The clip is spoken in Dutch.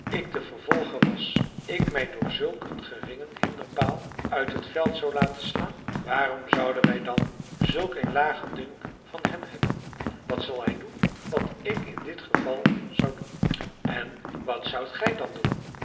ik de vervolger was ik mij door zulk een geringen hinderpaal uit het veld zou laten slaan waarom zouden wij dan zulk een lagen dunk van hem hebben wat zal hij doen wat ik in dit geval zou doen en wat zoudt gij dan doen